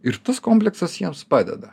ir tas komplektas jiems padeda